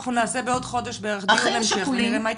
אנחנו נעשה בעוד חודש בערך דיון המשך ונראה מה התקדם.